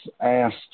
asked